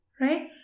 right